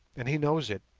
and he knows it,